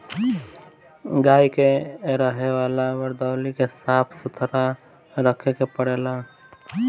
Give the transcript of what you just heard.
गाई के रहे वाला वरदौली के साफ़ सुथरा रखे के पड़ेला